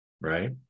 right